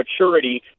maturity